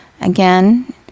Again